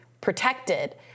protected